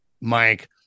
Mike